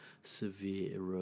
severe